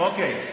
אוקיי.